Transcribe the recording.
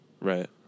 Right